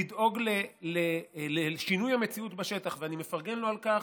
לדאוג לשינוי המציאות בשטח, ואני מפרגן לו על כך,